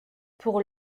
pour